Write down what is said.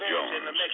Jones